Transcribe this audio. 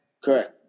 correct